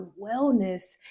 wellness